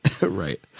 Right